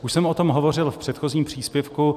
Už jsem o tom hovořil v předchozím příspěvku.